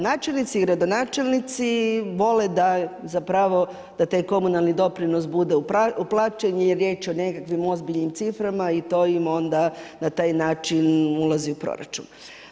Načelnici i gradonačelnici vole da zapravo, da taj komunalni doprinos bude uplaćen, jer je riječ o nekakvim ozbiljnim ciframa i to im onda na taj način ulazi u proračun.